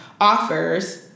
offers